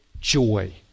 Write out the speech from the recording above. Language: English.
joy